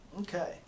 okay